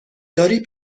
داری